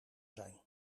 zijn